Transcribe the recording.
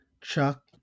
Chuck